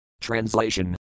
Translation